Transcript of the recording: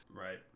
right